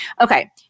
Okay